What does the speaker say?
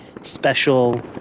special